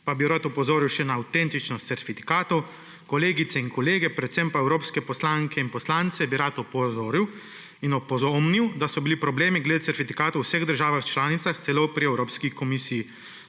pa bi rad opozoril še na avtentičnost certifikatov. Kolegice in kolege, predvsem pa evropske poslanke in poslance bi rad opozoril in opomnil, da so bili problemi glede certifikatov v vseh državah članicah, celo pri Evropski komisiji.